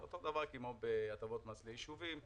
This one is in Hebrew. אותו הדבר כמו בהטבות מס ליישובים,